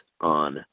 on